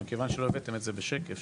מכיוון שלא הבאתם את זה בשקף,